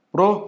Bro